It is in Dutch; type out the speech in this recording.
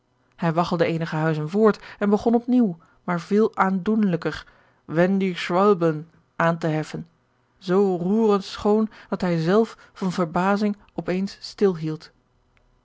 hij waggelde eenige huizen voort en begon op nieuw maar veel aandoenlijker wenn die schwalben aan te heffen zoo roerend schoon dat hij zelf van verbazing op